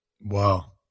Wow